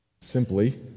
Simply